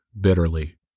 bitterly